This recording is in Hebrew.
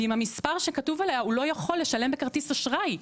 ועם המספר שכתוב עליה הוא לא יכול לשלם בכרטיס אשראי.